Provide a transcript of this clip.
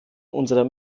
unserer